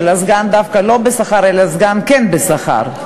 הסגן דווקא לא בשכר אלא סגן כן בשכר.